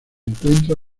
encuentra